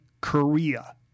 Korea